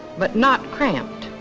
but not cramped.